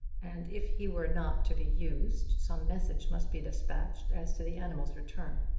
and if he were not to be used, some message must be despatched as to the animal's return.